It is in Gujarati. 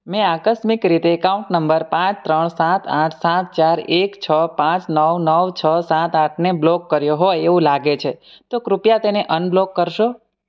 મેં આકસ્મિક રીતે એકાઉન્ટ નંબર પાંચ ત્રણ સાત આઠ સાત ચાર એક છ પાંચ નવ નવ છ સાત આઠ ને બ્લોક કર્યો હોય એવું લાગે છે તો કૃપયા તેને અનબ્લોક કરશો